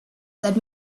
let